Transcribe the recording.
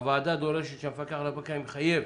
הוועדה דורשת שהמפקח על הבנקים יחייב